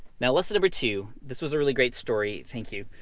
now listen number two, this was a really great story. thank you,